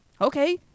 okay